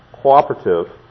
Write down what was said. cooperative